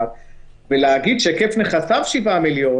להגיד שהיקף נכסיו הוא 7 מיליון